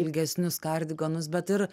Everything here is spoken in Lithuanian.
ilgesnius kardiganus bet ir